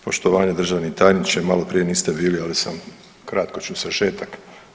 Poštovanje državni tajniče, maloprije niste bili, ali sam kratko ću sažetak.